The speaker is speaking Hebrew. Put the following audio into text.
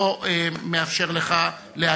לא מאפשר לך להגיב.